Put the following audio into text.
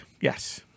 yes